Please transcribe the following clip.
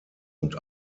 und